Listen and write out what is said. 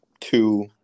two